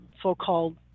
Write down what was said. so-called